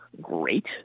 great